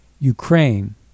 Ukraine